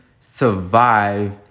survive